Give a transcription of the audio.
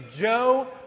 Joe